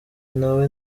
nawe